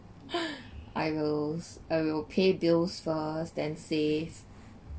I will I will pay bills first then save